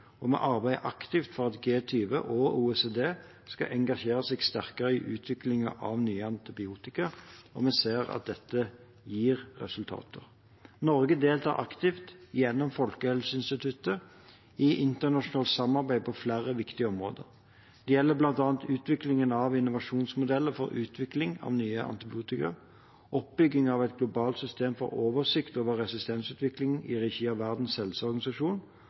og vi arbeider aktivt for at G20 og OECD skal engasjere seg sterkere i utviklingen av nye antibiotika, og vi ser at dette gir resultater. Norge deltar aktivt gjennom Folkehelseinstituttet i internasjonalt samarbeid på flere viktige områder. Det gjelder bl.a. utviklingen av innovasjonsmodeller for utvikling av nye antibiotika, oppbyggingen av et globalt system for oversikt over resistensutviklingen, i regi av Verdens helseorganisasjon,